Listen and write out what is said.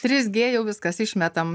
tris g jau viskas išmetam